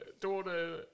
daughter